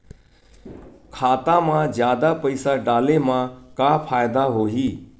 खाता मा जादा पईसा डाले मा का फ़ायदा होही?